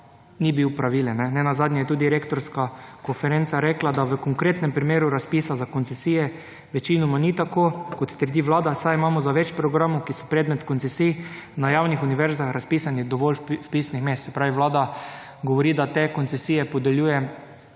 ni bil pravilen. Nenazadnje je tudi rektorska konferenca rekla, da v konkretnem primeru razpisa za koncesija večinoma ni tako, kot trdi vlada, saj imamo za več programov, ki so predmet koncesij, na javnih univerzah razpisanih dovolj vpisnih mest. Se pravi, vlada govori, da te koncesije podeljuje